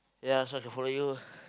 ya so I should follow you